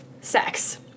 sex